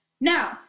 Now